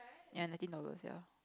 ya nineteen dollars ya